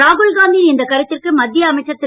ராகுல்காந்தியின் இந்த கருத்திற்கு மத்திய அமைச்சர் திரு